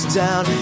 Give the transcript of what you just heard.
down